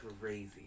crazy